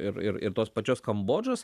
ir ir ir tos pačios kambodžos